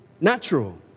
natural